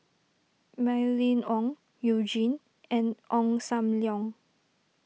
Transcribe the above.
Mylene Ong You Jin and Ong Sam Leong